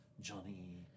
Johnny